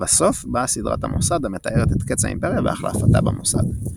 לבסוף באה סדרת המוסד המתארת את קץ האימפריה והחלפתה במוסד.